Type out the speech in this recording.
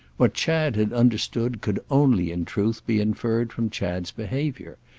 what chad had understood could only, in truth, be inferred from chad's behaviour,